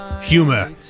humor